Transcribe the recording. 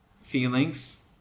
feelings